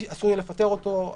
אסור לי לפטר אותו,